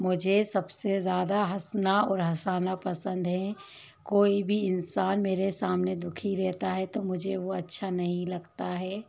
मुझे सब से ज़्यादा हसना और हसाना पसंद है कोई भी इंसान मेरे सामने दुखी रहता है तो मुझे वह अच्छा नहीं लगता है